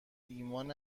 ایمان